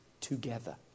together